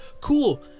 Cool